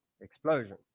explosion